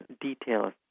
details